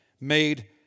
made